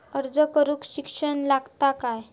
अर्ज करूक शिक्षण लागता काय?